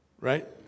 right